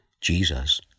Jesus